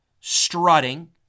strutting